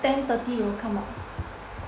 ten thirty 你们 come out